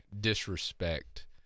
disrespect